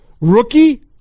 rookie